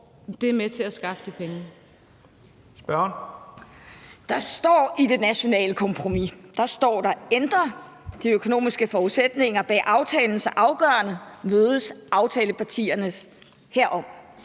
Kl. 11:08 Pia Olsen Dyhr (SF): Der står i det nationale kompromis: »Ændrer de økonomiske forudsætninger bag aftalen sig afgørende, mødes aftalepartierne herom.«